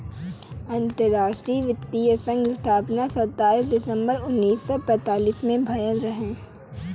अंतरराष्ट्रीय वित्तीय संघ स्थापना सताईस दिसंबर उन्नीस सौ पैतालीस में भयल रहे